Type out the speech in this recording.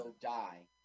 die